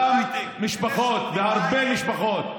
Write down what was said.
אותן משפחות, והרבה משפחות,